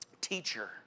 teacher